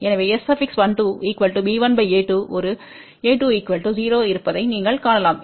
எனவே S12 b1 a2ஒருa1 0 இருப்பதை நீங்கள் காணலாம்